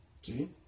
See